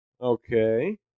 Okay